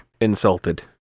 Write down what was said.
insulted